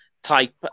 Type